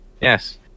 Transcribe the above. Yes